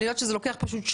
אני יודעת שזה אורך שנים,